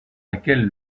laquelle